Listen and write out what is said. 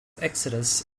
exodus